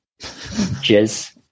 jizz